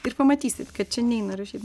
ir pamatysit kad čia neina rašyt